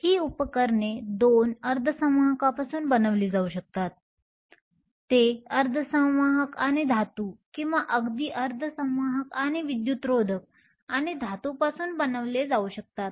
तर ही उपकरणे दोन अर्धसंवाहकांपासून बनवली जाऊ शकतात ते अर्धसंवाहक आणि धातू किंवा अगदी अर्धसंवाहक आणि विद्युतरोधक आणि धातूपासून बनवले जाऊ शकतात